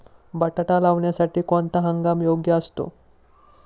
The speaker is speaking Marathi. बटाटा लावण्यासाठी कोणता हंगाम योग्य असतो?